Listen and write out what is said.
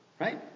Right